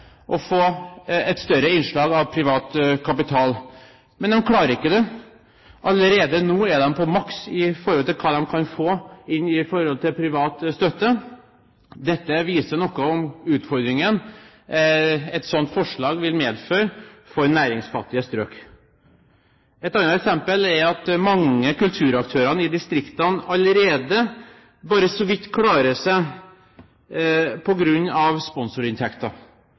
å få et større innslag av privat kapital. Men de klarer ikke det. Allerede nå er de på maks i forhold til hva de kan få inn av privat støtte. Dette viser noe om utfordringen et slikt forslag vil medføre for næringsfattige strøk. Et annet eksempel er at mange av kulturaktørene i distriktene allerede bare så vidt klarer seg ved hjelp av sponsorinntekter.